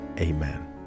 Amen